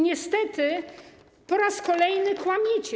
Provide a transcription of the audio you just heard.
Niestety po raz kolejny kłamiecie.